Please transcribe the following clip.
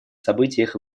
событиях